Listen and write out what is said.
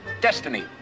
destiny